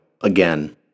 again